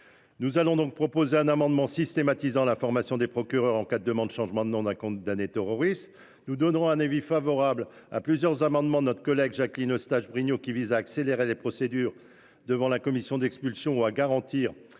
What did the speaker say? Nous défendrons également un amendement systématisant l’information des procureurs en cas de demande de changement de nom d’un condamné terroriste. Par ailleurs, nous donnerons un avis favorable sur les amendements de notre collègue Jacqueline Eustache Brinio qui visent à accélérer les procédures devant la commission d’expulsion et à garantir